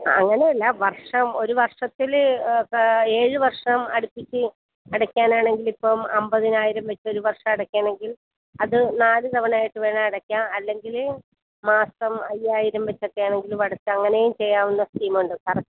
അങ്ങനെയല്ല വർഷം ഒരു വർഷത്തിൽ ഇപ്പം ഏഴ് വർഷം അടുപ്പിച്ച് അടക്കാനാണെങ്കിൽ ഇപ്പം അൻപതിനായിരം വെച്ച് ഒരു വർഷം അടക്കണമെങ്കിൽ അത് നാല് തവണയായിട്ടു വേണേ അടക്കാം അല്ലെങ്കിൽ മാസം അയ്യായിരം വെച്ചൊക്കെയാണെങ്കിലും അടച്ച് അങ്ങനെയും ചെയ്യാവുന്ന സ്കീമുണ്ട്